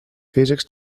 físics